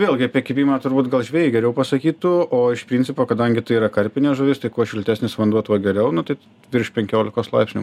vėlgi apie kibimą turbūt gal žvejai geriau pasakytų o iš principo kadangi tai yra karpinė žuvis tai kuo šiltesnis vanduo tuo geriau nu tai virš penkiolikos laipsnių